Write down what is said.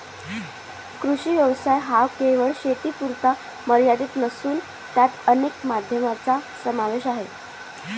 कृषी व्यवसाय हा केवळ शेतीपुरता मर्यादित नसून त्यात अनेक माध्यमांचा समावेश आहे